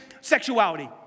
sexuality